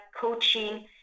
coaching